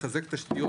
לחזק תשתיות,